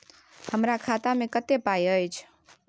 हमरा खाता में कत्ते पाई अएछ?